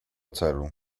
celu